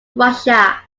russia